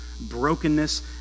brokenness